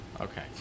Okay